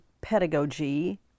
pedagogy